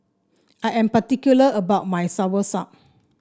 I am particular about my soursop